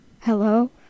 Hello